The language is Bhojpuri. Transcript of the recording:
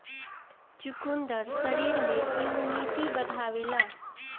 चुकंदर शरीर में इमुनिटी बढ़ावेला